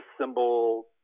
symbol